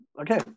okay